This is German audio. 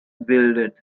bildet